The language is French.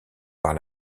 par